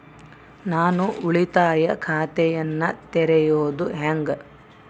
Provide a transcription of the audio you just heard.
ನಾನು ಉಳಿತಾಯ ಖಾತೆಯನ್ನ ತೆರೆಯೋದು ಹೆಂಗ?